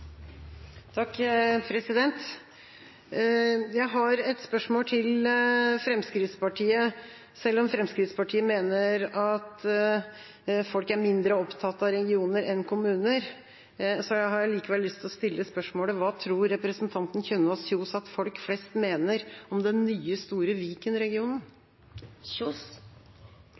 mindre opptatt av regioner enn kommuner, har jeg likevel lyst til å stille spørsmålet: Hva tror representanten Kjønaas Kjos at folk flest mener om den nye, store